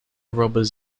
robbers